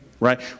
right